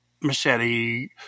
machete